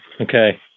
Okay